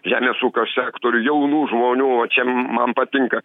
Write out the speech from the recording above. žemės ūkio sektorių jaunų žmonių o čia man patinka